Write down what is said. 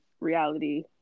reality